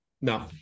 No